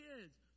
kids